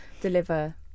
deliver